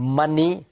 money